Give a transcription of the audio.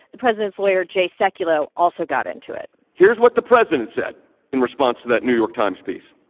the president's lawyer, jay sekulow, also got into it here's what the president said in response to that new york times piece.